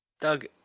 doug